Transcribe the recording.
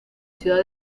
ciudad